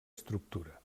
estructura